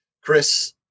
Chris